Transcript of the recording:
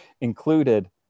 included